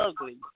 ugly